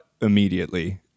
immediately